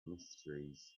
mysteries